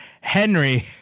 Henry